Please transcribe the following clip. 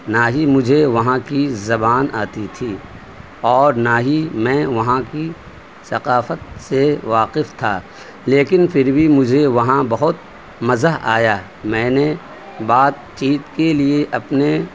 نہ ہی مجھے وہاں کی زبان آتی تھی اور نہ ہی میں وہاں کی ثقافت سے واقف تھا لیکن پھر بھی مجھے وہاں بہت مزہ آیا میں نے بات چیت کے لیے اپنے